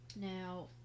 now